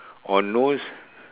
or nose